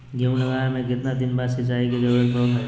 गेहूं लगावे के कितना दिन बाद सिंचाई के जरूरत पड़ो है?